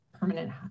permanent